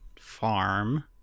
farm